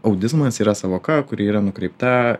audizmas yra sąvoka kuri yra nukreipta